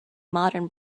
modern